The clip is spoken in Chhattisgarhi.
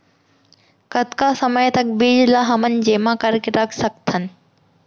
कतका समय तक बीज ला हमन जेमा करके रख सकथन?